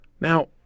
Now